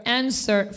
answer